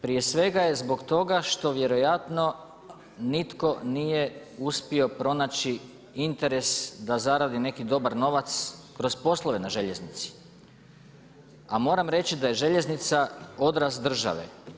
Prije svega je zbog toga što vjerojatno nitko nije uspio pronaći interes da zaradi neki dobar novac kroz poslove na željeznici, a moram reći da je željeznica odraz države.